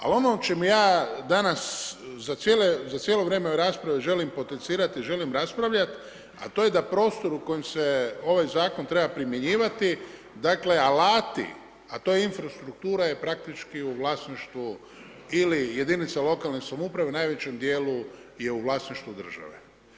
Ali ono o čemu ja danas za cijelo vrijeme ove rasprave želim potencirati i želim raspravljati, a to je da prostor u kojem se ovaj zakon treba primjenjivati, dakle alati, a to je infrastruktura je praktički u vlasništvu ili jedinica lokalne samouprave u najvećem dijelu je u vlasništvu države.